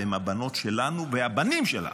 והן הבנות שלנו והבנים שלנו,